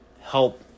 help